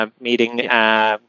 meeting